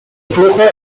flujo